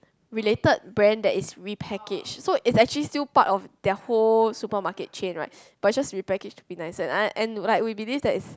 related brand that is repackaged so it's actually still part of their whole supermarket chain right but it's just repackaged to be nicer and I and like we believe that it's